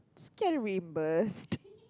just get it reimburse